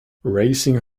racing